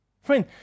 Friend